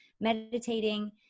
meditating